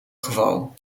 geval